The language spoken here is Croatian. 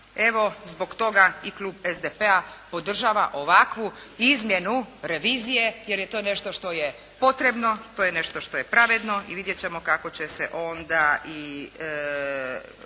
Evo zbog toga i Klub SDP-a podržava ovakvu izmjenu revizije jer je to nešto što je potrebno, to je nešto što je pravedno i vidjet ćemo kako će se onda i